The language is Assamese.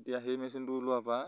এতিয়া সেই মেচিনটো ওলোৱাৰ পৰা